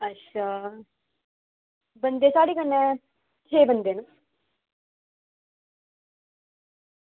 बंदे साढ़े कन्नै छे बंदे न